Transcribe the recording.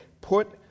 put